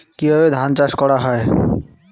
কিভাবে ধান চাষ করা হয়?